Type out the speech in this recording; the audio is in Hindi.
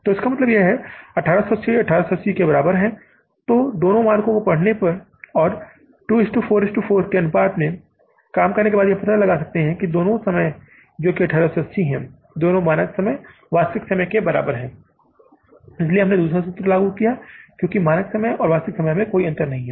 तो इसका मतलब है कि 1880 1800 के बराबर है क्योंकि मानकों को पढ़ने और 2 4 4 के अनुपात में काम करने के बाद हम यह पता लगा सकते हैं कि दोनों समय जो 1880 है दोनों मानक समय वास्तविक समय के बराबर इसलिए हमने दूसरा सूत्र लागू किया क्योंकि मानक समय और वास्तविक समय में कोई अंतर नहीं है